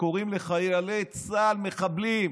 שקוראים לחיילי צה"ל "מחבלים"